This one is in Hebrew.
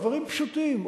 דברים פשוטים,